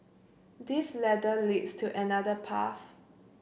this ladder leads to another path